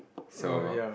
so